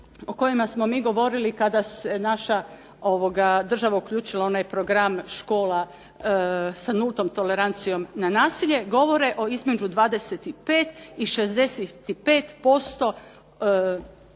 o kojima smo mi govorili kada se naša država uključila u onaj program škola sa Nultom tolerancijom na nasilje govore između 25 i 65%